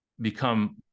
become